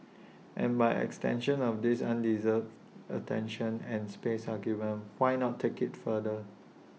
and by extension of this undeserved attention and space argument why not take IT further